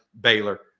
Baylor